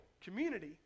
community